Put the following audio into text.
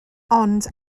ond